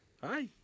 Hi